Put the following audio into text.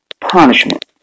punishment